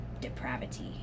depravity